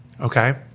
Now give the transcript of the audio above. Okay